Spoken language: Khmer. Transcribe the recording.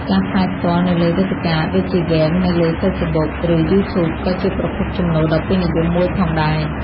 ការផ្សាយផ្ទាល់នៅលើវេទិកាដូចជាហ្គេមនៅលើហ្វេសប៊ុក ឬយូធូប ក៏ជាប្រភពចំណូលដ៏ពេញនិយមមួយផងដែរ